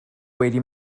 wedi